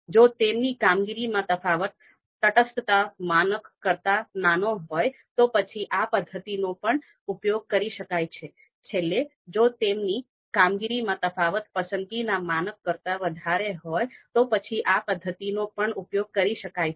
તેથી જો વિકલ્પોની કામગીરીની દ્રષ્ટિએ ડેટા હોઈ શકે જેમાં કેટલીક અસ્પષ્ટતા હોય શકે છે જે આ બે પરિમાણો અથવા અન્ય પરિમાણો જેમ કે તટસ્થતા અને પસંદગીના માપદંડને કારણે હોય શકે છે તો આપણે એવા પરીસ્થિતિને સરળતાથી દુર કરી શકીએ છીએ